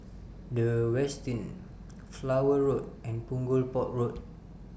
The Westin Flower Road and Punggol Port Road